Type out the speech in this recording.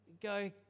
Go